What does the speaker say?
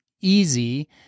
easy